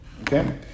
Okay